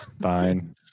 fine